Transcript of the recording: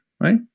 right